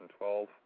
2012